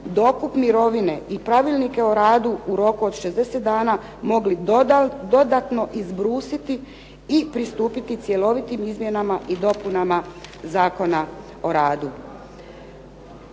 dokup mirovine i pravilnik o radu u roku od 60 dana mogli dodatno izbrusiti i pristupiti cjelovitim izmjenama i dopunama Zakona o radu.